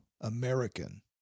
American